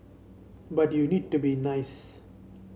but you need to be nice